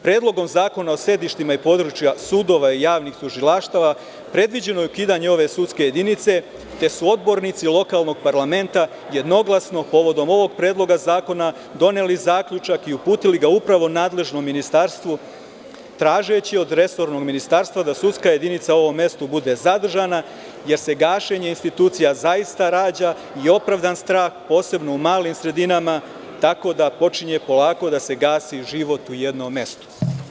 Predlogom Zakona o sedištima i područja sudova i javnih tužilaštava predviđeno je ukidanje ove sudske jedinice, te su odbornici lokalnog parlamenta jednoglasno povodom ovog predloga zakona doneli zaključak i uputili ga upravo nadležnom ministarstvu tražeći od resornog ministarstva da sudska jedinica u ovom mestu bude zadržana, jer se gašenjem institucija zaista rađa i opravdan strah posebno u malim sredinama, tako da počinje polako da se gasi život u jednom mestu.